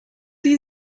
die